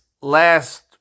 last